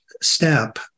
step